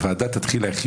הוועדה תתחיל להכין